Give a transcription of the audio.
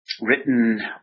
written